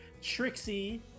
Trixie